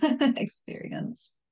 experience